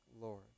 Lord